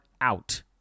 out